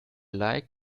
like